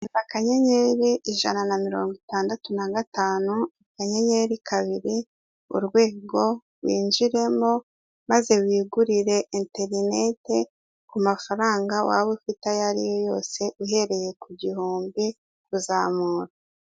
Akanyenyeri ijana na mirongo itandatu na gatanu, akanyenyeri kabiri urwego winjiremo maze wigurire interinete ku mafaranga waba ufite ayariyo yose uhereye ku gihumbi kuzamura.